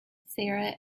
sarah